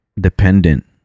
dependent